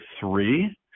three